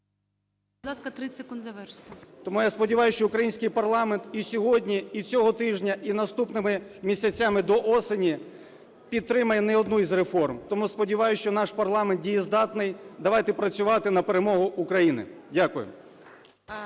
Тому я сподіваюсь, що український парламент і сьогодні, і цього тижня, і наступними місяцями, до осені, підтримає не одну з реформ. Тому сподіваюсь, що наш парламент дієздатний. Давайте працювати на перемогу України. Дякую.